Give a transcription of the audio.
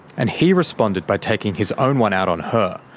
and he responded by taking his own one out on her,